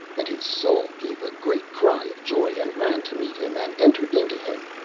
and his soul gave a great cry of joy and ran to meet him, and entered into him,